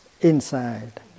inside